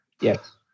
Yes